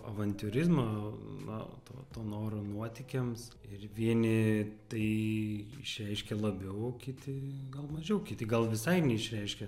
avantiūrizmo na to to noro nuotykiams ir vieni tai išreiškia labiau o kiti gal mažiau kiti gal visai neišreiškia